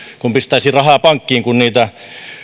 kuin pistäisi rahaa pankkiin kun niitä